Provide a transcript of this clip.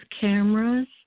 cameras